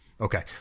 Okay